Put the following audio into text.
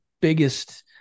biggest